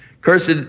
Cursed